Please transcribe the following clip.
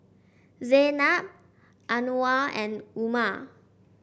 Zaynab Anuar and Umar